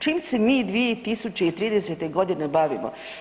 Čim se mi 2030. g. bavimo?